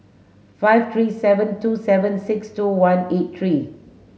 five three seven two seven six two one eight three